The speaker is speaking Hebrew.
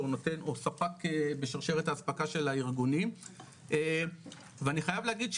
או ספק בשרשרת האספקה של הארגונים ואני חייב להגיד,